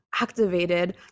activated